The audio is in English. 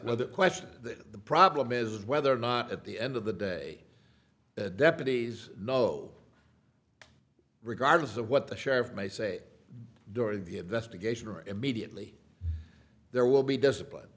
now that question that the problem is whether or not at the end of the day deputies know regardless of what the sheriff may say during the investigation or immediately there will be disciplined